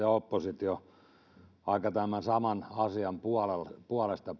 ja oppositio puhuneet aika lailla tämän saman asian puolesta